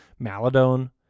Maladone